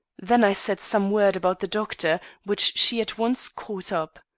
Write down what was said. then i said some word about the doctor, which she at once caught up.